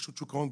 רשות שוק ההון,